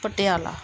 Patiala